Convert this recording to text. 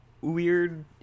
weird